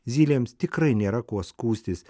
zylėms tikrai nėra kuo skųstis